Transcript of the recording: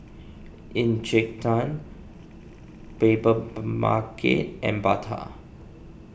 Encik Tan Paper market and Bata